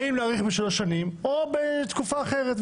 האם להאריך בשלוש שנים או בתקופה אחרת,